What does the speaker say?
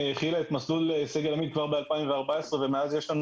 החילה את מסלול סגל עמית כבר ב-2014 ומאז יש לנו